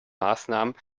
maßnahmen